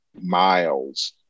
miles